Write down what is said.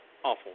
awful